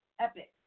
epic